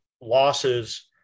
losses